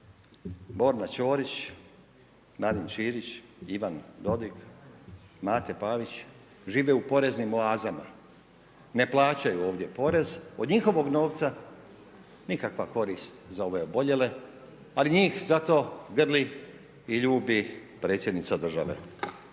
Borna Ćorić, Marin Čilić, Ivan Dodig, Mate Pavić, žive u poreznim oazama, ne plaćaju ovdje porez, od njihovog novca nikakvu korist za ove oboljele, ali njih za to grli i ljudi predsjednica države.